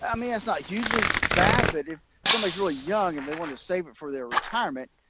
i mean, it's not hugely bad, but if somebody's really young and they want to save it for their retirement,